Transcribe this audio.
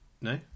no